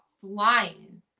flying